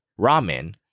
ramen